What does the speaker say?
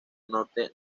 norte